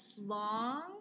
long